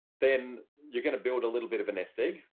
then you're going to build a little bit of a nest egg.